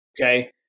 Okay